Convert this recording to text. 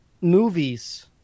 movies